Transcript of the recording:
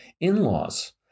In-laws